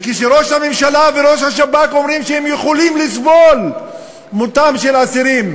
כשראש הממשלה וראש השב"כ אומרים שהם יכולים לסבול מותם של אסירים,